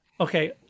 okay